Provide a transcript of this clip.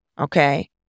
okay